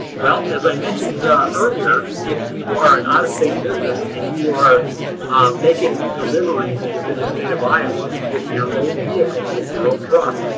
well as i mentioned earlier, if you are an out of state business and you are making deliveries within the state of iowa with your own vehicle, with your own truck,